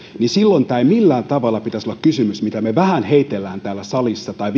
silloin tämän ei millään tavalla pitäisi olla kysymys jota me vähän heittelemme täällä salissa tai